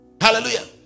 Hallelujah